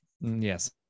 Yes